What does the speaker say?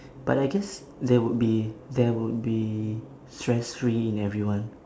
but I guess there would be there would be stress free in everyone